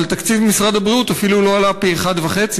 אבל תקציב משרד הבריאות אפילו לא עלה פי-1.5,